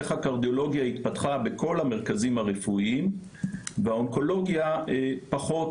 איך הקרדיולוגיה התפתחה בכל המרכזים הרפואיים והאונקולוגיה פחות,